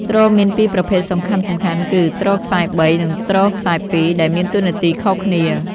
ទ្រមានពីរប្រភេទសំខាន់ៗគឺ ទ្រខ្សែបី និង ទ្រខ្សែពីរ ដែលមានតួនាទីខុសគ្នា។